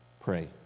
pray